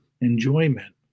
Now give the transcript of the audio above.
enjoyment